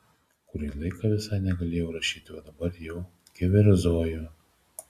kurį laiką visai negalėjau rašyti o dabar jau keverzoju